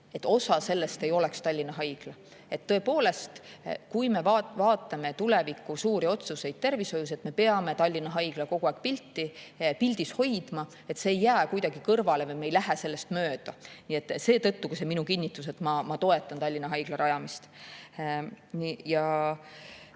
osa sellest ei ole Tallinna Haigla. Kui me vaatame tuleviku suuri otsuseid tervishoius, siis me peame Tallinna Haiglat kogu aeg pildis hoidma, et see ei jääks kuidagi kõrvale või me ei läheks sellest mööda. Nii et seetõttu ka see minu kinnitus, et ma toetan Tallinna Haigla rajamist. Kui